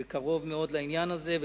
שקרוב מאוד לעניין הזה,